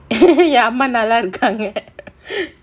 என் அம்மா நல்லா இருக்காங்க:en amma nallaa irukaanga